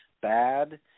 bad